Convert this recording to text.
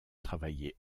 travailler